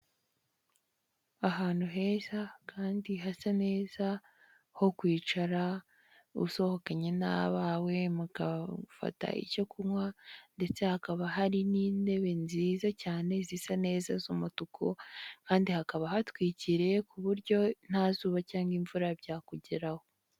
Ahantu heza kandi hasa neza, ho kwicara usohokanye n'abawe, mugafata icyo kunywa ndetse hakaba hari n'intebe nziza cyane zisa neza z'umutuku kandi hakaba hatwikiriye ku buryo nta zuba cyangwa imvura byakugeraho.